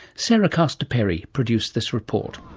sarah castor-perry produced this report.